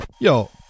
Yo